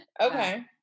Okay